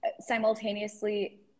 simultaneously